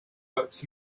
but